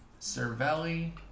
Cervelli